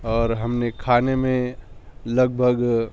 اور ہم نے کھانے میں لگ بھگ